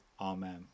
Amen